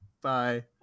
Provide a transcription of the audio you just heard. bye